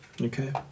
Okay